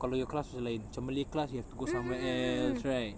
kalau your class also lain macam malay class you have to go somewhere else right